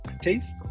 Taste